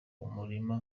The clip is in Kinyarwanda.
umurima